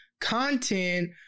content